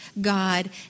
God